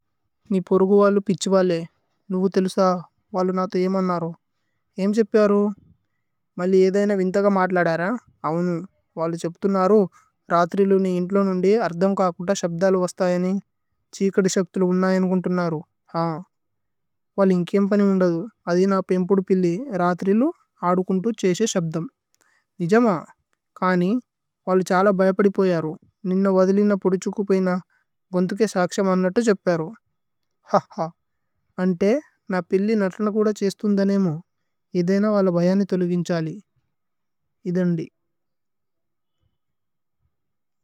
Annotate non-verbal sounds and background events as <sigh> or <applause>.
നി പുര്ഗുവലു പിത്ഛുവലി നുവു തില്സ। വലുനഥു ഏഅമന്നരോ ഏമേഇ ഛേപ്പി അരു। മലി ഏധഏ ന വിന്ഥ ക മത്ലദ രഹ। ഔനു വലു ഛേപ്പിതുനരോ രത്രിലു നി। ഇന്തു ലുന്ദി അര്ധമ് ക കുത ശബ്ദ ലു। വസ്ഥയനി ഛ്ഹീകദി ശക്ഥ്ലു ഉന്ന ഏഅമന്നരോ। ഔനു വലു ഇന്കിയേ മനി ഉന്ദധു അധി ന। പേമ്പുദു പിലി രത്രിലു ആദുകുന്ദു ഛേശേ। ശബ്ധമ് നിജമ കനി വലു ഛല ഭൈപദി। പഹേരോ നിന്ന <hesitation> വദിലിന്ന പുദു। ഛുകുപിന ഗുന്തുകേ സക്ശ മന്നത ഛേപ്പേരു। ഹ ഹ അന്തേ ന പിലി നത്രു ന കുധ ഛേശ്ഥുന്। ധനേമു ഇദേന വല ബയനി തുലുഗിന് ഛലി।